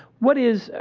what is,